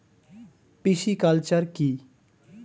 Pisciculture কি?